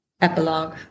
Epilogue